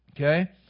Okay